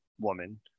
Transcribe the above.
woman